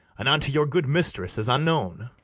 and unto your good mistress as unknown.